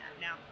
now